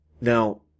Now